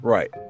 Right